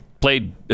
played